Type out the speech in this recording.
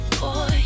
boy